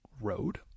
road